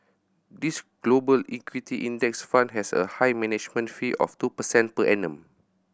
this Global Equity Index Fund has a high management fee of two percent per annum